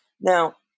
Now